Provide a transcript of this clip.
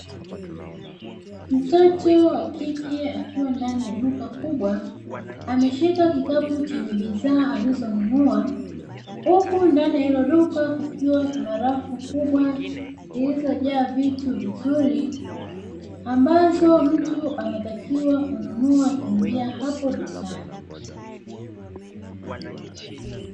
Mtoto wa kike akiwa ndani ya duka kubwa ameshika kikapu chenye bidhaa alizonunua, huku ndani ya hilo duka kukiwa kuna rafu kubwa zilizojaa vitu vizuri ambazo mtu anatakiwa kununua akingia hapo dukani.